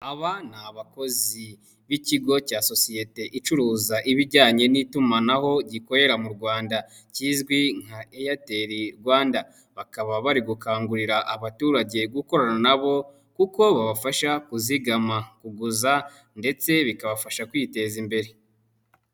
Aba ni abakozi b'ikigo cya sosiyete icuruza ibijyanye n'itumanaho gikorera mu Rwanda kizwi nka Airtel Rwanda, bakaba bari gukangurira abaturage gukorana na bo kuko babafasha kuzigama, kuguza ndetse bikabafasha kwiteza imbere.